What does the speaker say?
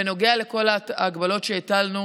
בנוגע לכל ההגבלות שהטלנו,